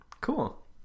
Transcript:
cool